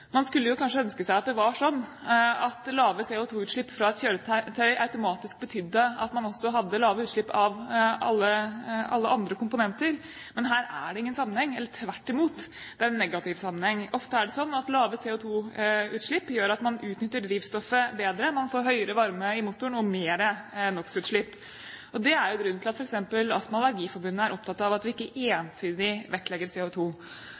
Man skulle jo kanskje ønske seg at det var sånn at lave CO2-utslipp fra et kjøretøy automatisk betydde at man også hadde lave utslipp av alle andre komponenter, men her er det ingen sammenheng – heller tvert imot, det er en negativ sammenheng. Ofte er det sånn at lave CO2-utslipp gjør at man utnytter drivstoffet bedre, man får høyere varme i motoren og mer NOx-utslipp. Og det er jo grunnen til at f.eks. Astma- og Allergiforbundet er opptatt av at vi ikke ensidig vektlegger